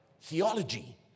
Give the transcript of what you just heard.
theology